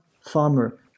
farmer